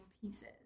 pieces